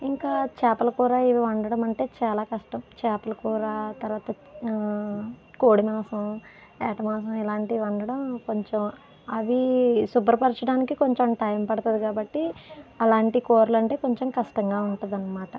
ఇంకా చాపల కూర ఇవి వండడం అంటే చాలా కష్టం చాపల కూర తర్వాత కోడి మాంసం యాట మాంసం ఇలాంటివి వండడం కొంచెం అవి శుభ్రపరచడానికి కొంచెం టైం పడుతుంది కాబట్టి అలాంటి కూరలంటే కొంచెం కష్టంగా ఉంటుందన్నమాట